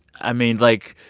i mean, like,